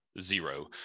zero